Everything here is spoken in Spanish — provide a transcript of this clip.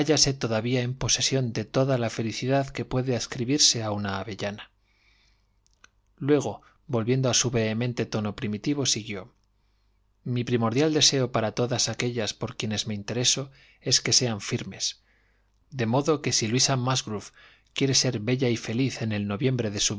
todavía en posesión de toda la felicidad que puede adscribirse a una avellana luego volviendo a su vehemente tono primitivo siguió mi primordial deseo para todas aquellas por quienes me intereso es que sean firmes de modo que si luisa musgrove quiere ser bella y feliz en el noviembre de